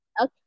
Okay